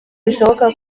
bishoboka